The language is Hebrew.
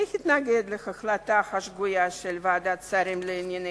להתנגד להחלטה השגויה של ועדת השרים לענייני